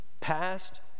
Past